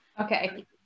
Okay